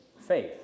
Faith